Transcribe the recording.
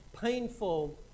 painful